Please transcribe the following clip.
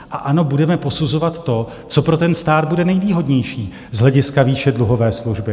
A ano, budeme posuzovat to, co pro stát bude nejvýhodnější z hlediska výše dluhové služby.